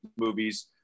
movies